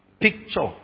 Picture